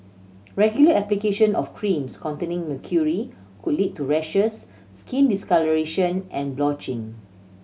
regular application of creams containing mercury could lead to rashes skin discolouration and blotching